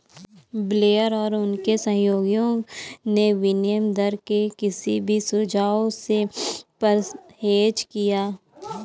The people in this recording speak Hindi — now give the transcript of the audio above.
ब्लेयर और उनके सहयोगियों ने विनिमय दर के किसी भी सुझाव से परहेज किया